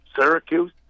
Syracuse